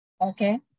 Okay